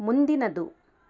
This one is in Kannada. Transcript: ಮುಂದಿನದು